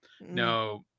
no